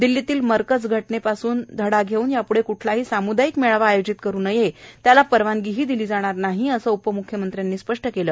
दिल्लीतील मरकज घटनेपासून धडा घेऊन याप्ढे क्ठलाही साम्दायिक मेळावा आयोजित करु नये त्याला परवानगी दिली जाणार नाही असेही उपम्ख्यमंत्र्यांनी स्पष्ट केले